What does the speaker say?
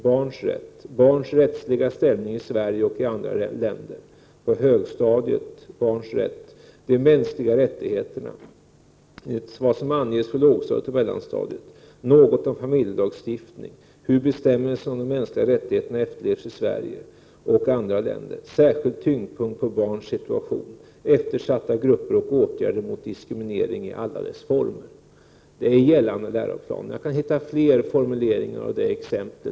Barnens rätt — de mänskliga rättigheterna: Enligt vad som anges för lågstadiet och mellanstadiet. Något om familjelagstiftning. Hur bestämmelserna om de mänskliga rättigheterna efterlevs i Sverige och andra länder. Särskild tyngdpunkt på barns situation. Eftersatta grupper och åtgärder mot diskriminering i alla dess former.” Detta står alltså i gällande läroplaner. Jag kan hitta fler formuleringar och exempel.